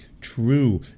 True